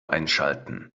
einschalten